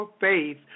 faith